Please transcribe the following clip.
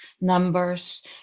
numbers